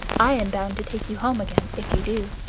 i am bound to take you home again, if you do.